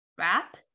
wrap